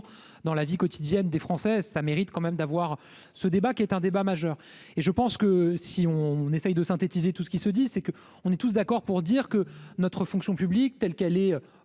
dans la vie quotidienne des Français, ça mérite quand même d'avoir ce débat qui est un débat majeur et je pense que si on essaye de synthétiser tout ce qui se dit, c'est que on est tous d'accord pour dire que notre fonction publique telle qu'elle est